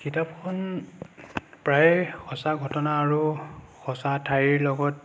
কিতাপখন প্ৰায়ে সঁচা ঘটনা আৰু সঁচা ঠাইৰ লগত